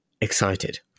excited